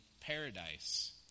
paradise